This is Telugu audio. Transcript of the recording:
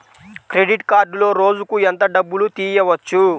క్రెడిట్ కార్డులో రోజుకు ఎంత డబ్బులు తీయవచ్చు?